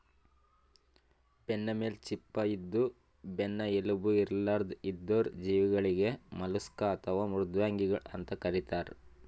ಬೆನ್ನಮೇಲ್ ಚಿಪ್ಪ ಇದ್ದು ಬೆನ್ನ್ ಎಲುಬು ಇರ್ಲಾರ್ದ್ ಇದ್ದಿದ್ ಜೀವಿಗಳಿಗ್ ಮಲುಸ್ಕ್ ಅಥವಾ ಮೃದ್ವಂಗಿಗಳ್ ಅಂತ್ ಕರಿತಾರ್